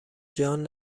جان